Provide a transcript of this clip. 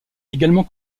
également